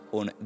on